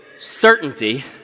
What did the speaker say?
certainty